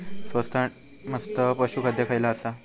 स्वस्त आणि मस्त पशू खाद्य खयला आसा?